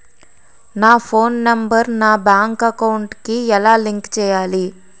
నా phone number నా bank account కి ఎలా లింక్ చేయాలి?